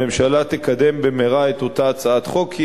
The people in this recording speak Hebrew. הממשלה תקדם במהרה את אותה הצעת חוק,